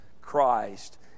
Christ